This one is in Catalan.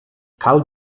cal